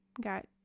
got